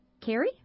Carrie